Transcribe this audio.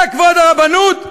זה כבוד הרבנות?